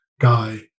guy